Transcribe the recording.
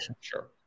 sure